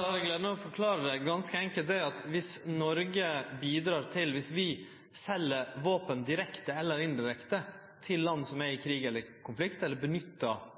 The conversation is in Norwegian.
har eg gleda av å forklare ganske enkelt det at dersom Noreg sel våpen direkte eller indirekte til land som er i krig eller konflikt, eller